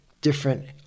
different